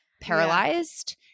paralyzed